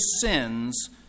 sins